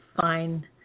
fine